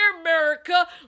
America